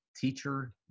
Teacher